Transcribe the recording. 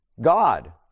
God